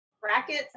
brackets